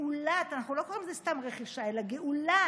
אנחנו לא קוראים לזה סתם "רכישה" אלא "גאולה",